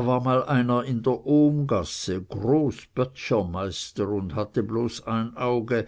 war mal einer in der ohmgasse großböttchermeister und hatte bloß ein auge